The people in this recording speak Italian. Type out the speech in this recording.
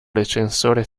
recensore